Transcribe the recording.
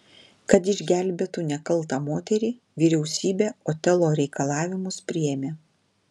kad išgelbėtų nekaltą moterį vyriausybė otelo reikalavimus priėmė